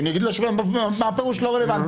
כי אני אגיד: מה פירוש לא רלוונטי?